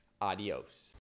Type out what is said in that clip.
Adios